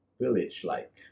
village-like